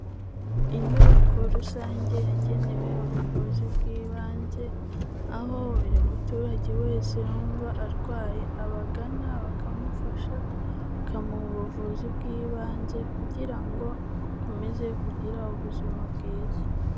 Inyubako rusange yagenewe ubuvuzi bw'ibanze, aho buri muturage wese wumva arwaye abagana bakamufasha, bakamuha ubuvuzi bw'ibanze kugira ngo akomeze kugira ubuzima bwiza.